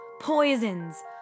Poisons